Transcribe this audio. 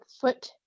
foot